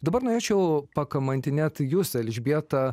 dabar norėčiau pakamantinėti jus elžbieta